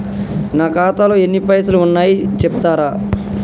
నా ఖాతాలో ఎన్ని పైసలు ఉన్నాయి చెప్తరా?